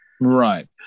Right